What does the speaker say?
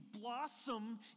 blossom